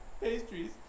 pastries